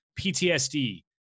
PTSD